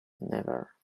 never